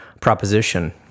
proposition